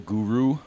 Guru